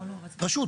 רשות,